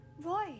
Roy